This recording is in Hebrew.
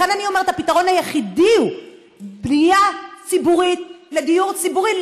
לכן אני אומרת: הפתרון היחידי הוא בנייה ציבורית לדיור ציבורי,